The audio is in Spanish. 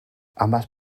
ambas